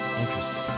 Interesting